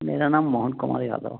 मेरा नाम मोहन कुमार यादव